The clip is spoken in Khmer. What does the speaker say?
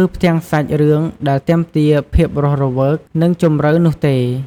ឬផ្ទាំងសាច់រឿងដែលទាមទារភាពរស់រវើក និងជម្រៅនោះទេ។